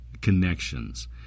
connections